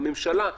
הממשלה,